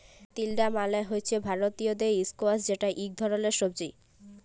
তিলডা মালে হছে ভারতীয় ইস্কয়াশ যেট ইক ধরলের সবজি